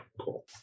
Cool